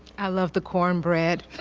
i loved the corn bread.